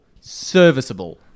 Serviceable